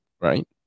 right